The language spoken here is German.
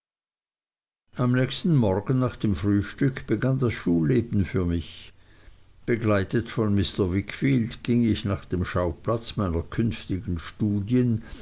am nächsten morgen nach dem frühstück begann das schulleben für mich begleitet von mr wickfield ging ich nach dem schauplatz meiner künftigen studien